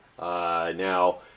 Now